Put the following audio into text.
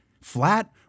flat